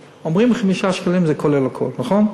אדוני,